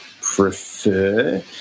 prefer